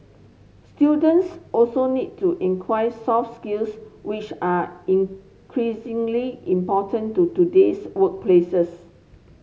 students also need to inquire soft skills which are increasingly important to today's workplaces